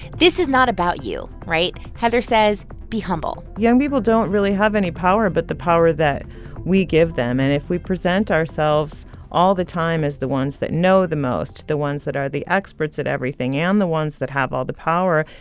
this is not about you, right? heather says, be humble young people don't really have any power but the power that we give them. and if we present ourselves all the time as the ones that know the most, the ones that are the experts at everything and the ones that have all the power,